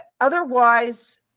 Otherwise